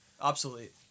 obsolete